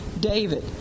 David